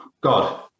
God